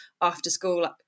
after-school